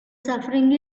suffering